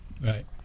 Right